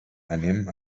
anem